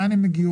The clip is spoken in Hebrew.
מאין הן מגיעות.